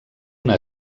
una